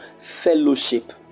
fellowship